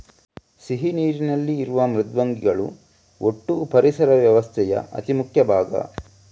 ಸಿಹಿ ನೀರಿನಲ್ಲಿ ಇರುವ ಮೃದ್ವಂಗಿಗಳು ಒಟ್ಟೂ ಪರಿಸರ ವ್ಯವಸ್ಥೆಯ ಅತಿ ಮುಖ್ಯ ಭಾಗ